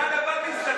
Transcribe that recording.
חולה עליו.